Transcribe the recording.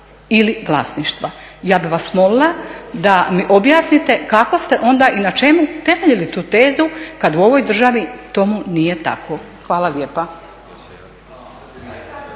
ili vlasništva. Ja bih vas molila da mi objasnite kako ste onda i na čemu temeljili tu tezu kad u ovoj državi tomu nije tako. Hvala lijepa.